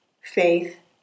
faith